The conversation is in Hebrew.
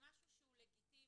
כמשהו לגיטימי.